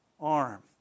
arm